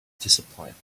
disappointed